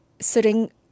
sitting